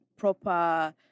proper